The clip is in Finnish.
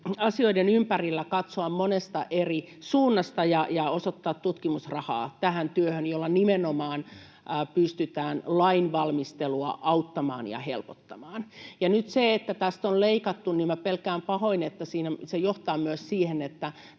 asioiden ympärillä katsoa monesta eri suunnasta ja osoittaa tutkimusrahaa tähän työhön, jolla nimenomaan pystytään lainvalmistelua auttamaan ja helpottamaan. Kun tästä nyt on leikattu, niin minä pelkään pahoin, että se johtaa myös siihen, että